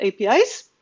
APIs